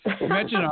Imagine